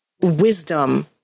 wisdom